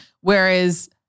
Whereas